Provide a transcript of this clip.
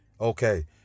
Okay